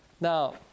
Now